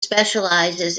specializes